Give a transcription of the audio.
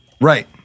Right